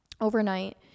overnight